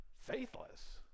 faithless